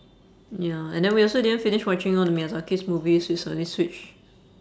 ya and then we also didn't finish watching all the miyazakis movies we suddenly switch